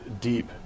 deep